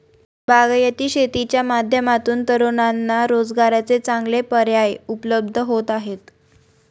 बागायती शेतीच्या माध्यमातून तरुणांना रोजगाराचे चांगले पर्याय उपलब्ध होत आहेत